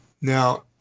now